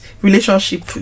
relationship